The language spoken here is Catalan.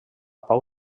pau